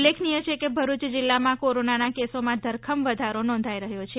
ઉલ્લેખનીય છે કે ભરૂય જીલ્લામાં કોરોનાના કેસોમાં ધરખમ વધારો નોંધાઇ રહ્યો છે